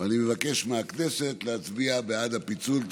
אני מבקש מהכנסת להצביע בעד הפיצול.